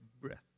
breath